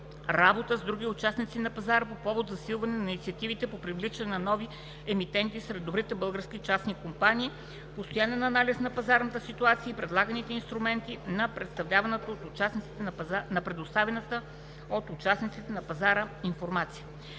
работа с другите участници на пазара по повод засилване на инициативите по привличане на нови емитенти сред добрите български частни компании; за постоянен анализ на пазарната ситуация и предлаганите инструменти на предоставяната от участниците на пазара информация.